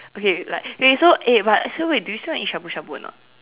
okay like wait wait so eh but so wait do you still want to eat shabu-shabu or not